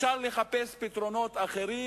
אפשר לחפש פתרונות אחרים,